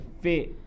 fit